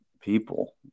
people